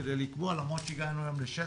למרות שהגענו היום ל-16,